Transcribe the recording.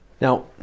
Now